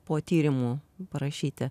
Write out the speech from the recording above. po tyrimų parašyti